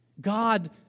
God